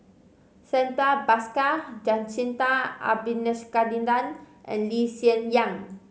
Santha Bhaskar Jacintha Abisheganaden and Lee Hsien Yang